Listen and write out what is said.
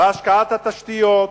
בהשקעה בתשתיות.